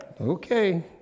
Okay